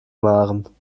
maren